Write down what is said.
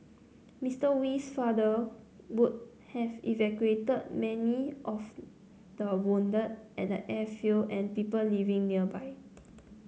Mister Wee's father would have evacuated many of the wounded at the airfield and people living nearby